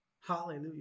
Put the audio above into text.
Hallelujah